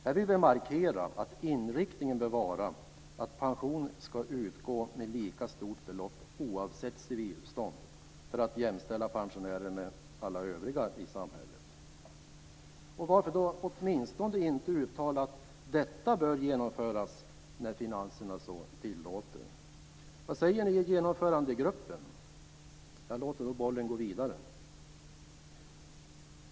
Här vill vi markera att inriktningen bör vara att pension ska utgå med lika stort belopp oavsett civilstånd för att jämställa pensionärer med alla övriga i samhället. Varför åtminstone inte uttala att detta bör genomföras när finanserna så tillåter? Vad säger ni i Genomförandegruppen? Jag låter bollen gå vidare.